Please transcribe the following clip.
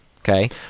Okay